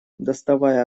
доставая